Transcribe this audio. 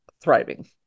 thriving